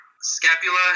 scapula